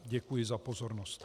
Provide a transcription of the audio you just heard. Děkuji za pozornost.